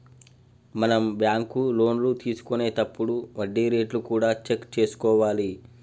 మనం బ్యాంకు లోన్లు తీసుకొనేతప్పుడు వడ్డీ రేట్లు కూడా చెక్ చేసుకోవాలి